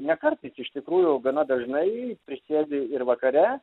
ne kartais iš tikrųjų gana dažnai prisėdi ir vakare